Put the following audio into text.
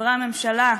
חברי הממשלה: